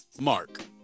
Mark